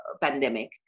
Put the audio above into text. pandemic